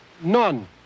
None